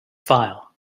file